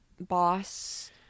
boss